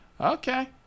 Okay